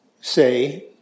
say